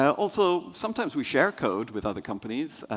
ah also, sometimes we share code with other companies.